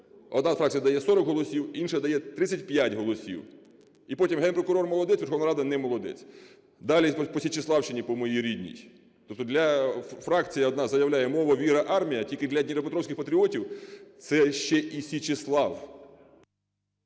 Одна фракція дає 40 голосів, інша дає 35 голосів. Іпотім: Генеральний прокурор – молодець, Верховна Рада – не молодець. Далі поСічеславщині, по моїй рідній. Тобто для… Фракція одна заявляє: мова, віра, армія – тільки для дніпропетровських патріотів це ще і Січеслав.